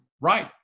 Right